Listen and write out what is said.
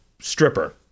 stripper